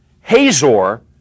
Hazor